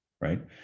right